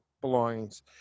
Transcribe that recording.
belongings